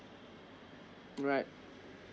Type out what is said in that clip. right